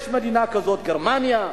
יש מדינה כזאת, גרמניה,